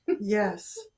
Yes